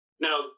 now